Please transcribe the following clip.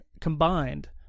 combined